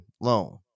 loan